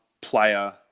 player